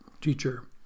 teacher